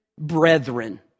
brethren